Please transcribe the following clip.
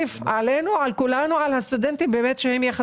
לכן הסוגיה הכלכלית פחות אקוטית.